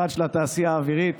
הוועד של התעשייה האווירית,